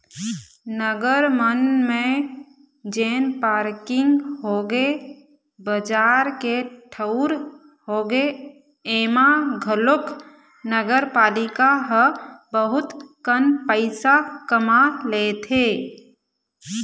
नगर मन म जेन पारकिंग होगे, बजार के ठऊर होगे, ऐमा घलोक नगरपालिका ह बहुत कन पइसा कमा लेथे